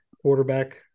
quarterback